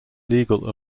legal